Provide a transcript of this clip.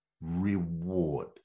reward